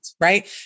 right